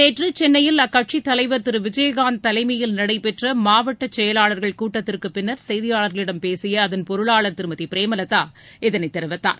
நேற்று சென்னையில் அக்கட்சியின் தலைவர் திரு விஜயகாந்த் தலைமையில் நடைபெற்ற மாவட்ட செயலாளர்கள் கூட்டத்திற்கு பின்னர் செய்தியாளர்களிடம் பேசிய அதன் பொருளாளர் திருமதி பிரேமலதா இதனை தெரிவித்தார்